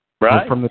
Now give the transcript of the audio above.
Right